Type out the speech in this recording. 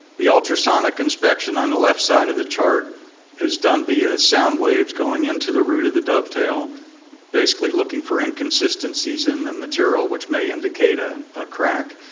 the ultrasonic inspection on the left side of the chart is done via sound waves going into the root of the dovetail basically looking for inconsistencies in the material which may indicate a ah crack.